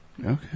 Okay